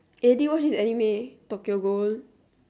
eh did you watch this anime Tokyo-Ghoul